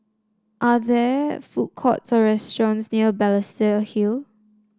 are there food courts or restaurants near Balestier Hill